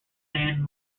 sand